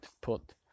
put